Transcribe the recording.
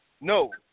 No